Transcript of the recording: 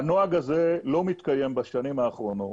הנוהג הזה לא מתקיים בשנים האחרונות